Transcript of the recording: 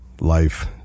Life